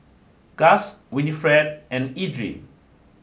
Gus Winifred and Edrie